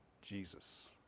jesus